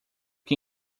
que